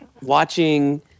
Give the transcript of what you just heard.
Watching